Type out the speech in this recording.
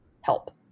help